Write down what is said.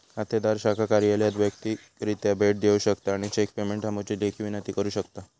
खातोदार शाखा कार्यालयात वैयक्तिकरित्या भेट देऊ शकता आणि चेक पेमेंट थांबवुची लेखी विनंती करू शकता